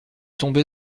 tombé